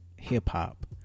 hip-hop